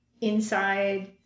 inside